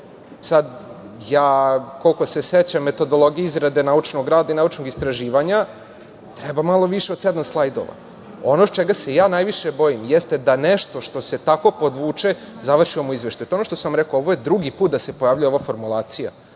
Sad ja koliko se sećam metodologije izrade naučnog rada i naučnog istraživanja, treba malo više od sedam slajdova. Ono čega se ja najviše bojim da nešto što se tako podvuče završi vam u izveštaju. To je ono što sam vam rekao, ovo je drugi put da se pojavljuje ova formulacija,